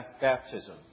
baptism